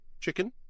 chicken